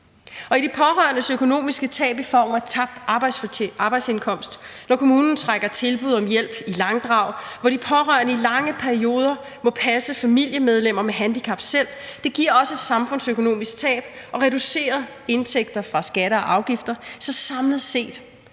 De pårørendes økonomiske tab i form af tabt arbejdsindkomst, når kommunen trækker tilbud om hjælp i langdrag, hvor de pårørende i lange perioder må passe familiemedlemmer med handicap selv, giver også et samfundsøkonomisk tab og reducerer indtægter fra skatter og afgifter, så samlet set